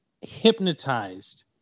hypnotized